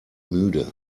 müde